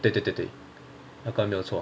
ah 对对对对那个没有错